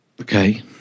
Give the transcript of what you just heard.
Okay